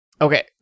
Okay